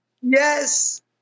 Yes